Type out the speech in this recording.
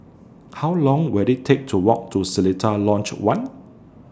How Long Will IT Take to Walk to Seletar Lodge one